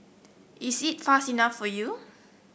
is it fast enough for you